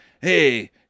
Hey